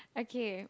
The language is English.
okay